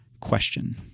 question